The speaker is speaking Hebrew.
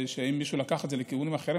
אם מישהו לקח את זה לכיוונים אחרים,